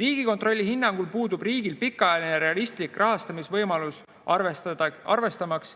Riigikontrolli hinnangul puudub riigil pikaajaline realistlik rahastamisvõimalus, arvestamaks